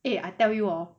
eh I tell you hor